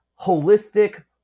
holistic